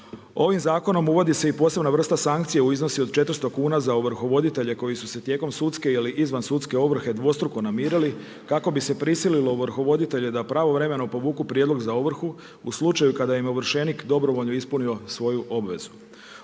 Ovim zakonom uvodi se i posebna vrsta sankcija u iznosu od 400 kuna za ovrhovoditelje koji su se tijekom sudske ili izvansudske ovrhe dvostruko namirili, kako bi se prisililo ovrhovoditelje da pravovremeno povuku prijedlog za ovrhu u slučaju kada im je ovršenik dobrovoljno ispunio svoju obvezu.